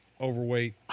overweight